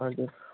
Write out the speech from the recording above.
हजुर